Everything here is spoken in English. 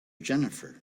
jennifer